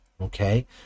Okay